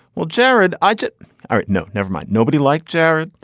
well, jared, i don't ah know. never mind. nobody like jared.